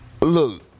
Look